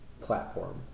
platform